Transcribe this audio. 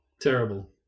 terrible